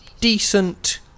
decent